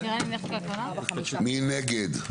מי נגד?